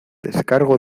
descargo